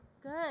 Good